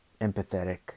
empathetic